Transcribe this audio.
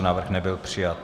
Návrh nebyl přijat.